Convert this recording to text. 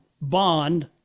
Bond